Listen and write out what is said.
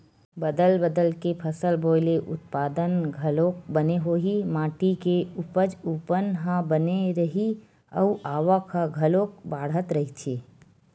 बदल बदल के फसल बोए ले उत्पादन घलोक बने होही, माटी के उपजऊपन ह बने रइही अउ आवक ह घलोक बड़ाथ रहीथे